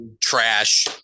trash